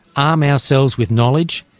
arm ourselves with knowledge,